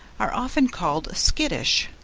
are often called skittish,